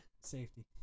Safety